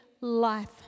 life